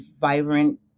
vibrant